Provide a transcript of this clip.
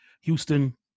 Houston